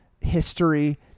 history